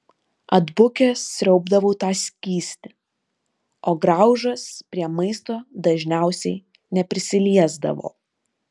atbukęs sriaubdavau tą skystį o graužas prie maisto dažniausiai neprisiliesdavo